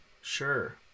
sure